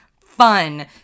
fun